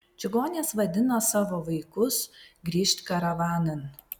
čigonės vadino savo vaikus grįžt karavanan